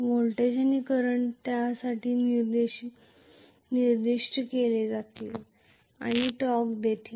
voltage आणि current त्यासाठी निर्दिष्ट केले जाईल आणि टॉर्क देखील